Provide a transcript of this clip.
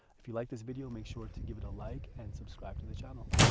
if you like this video, make sure to give it a like and subscribe to the channel!